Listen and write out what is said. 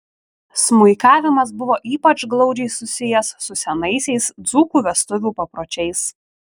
smuikavimas buvo ypač glaudžiai susijęs su senaisiais dzūkų vestuvių papročiais